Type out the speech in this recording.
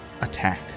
attack